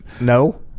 No